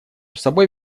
собой